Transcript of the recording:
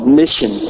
mission